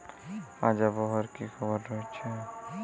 আজ আবহাওয়ার কি খবর রয়েছে?